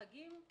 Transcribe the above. חגים,